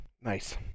Nice